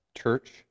church